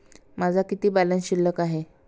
माझा किती बॅलन्स शिल्लक आहे?